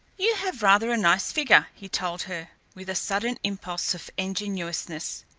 you have rather a nice figure, he told her with a sudden impulse of ingenuousness.